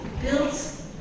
built